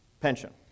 pension